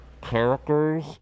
characters